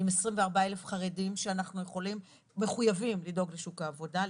עם 24,000 חרדים שאנחנו מחויבים לדאוג לשוק העבודה.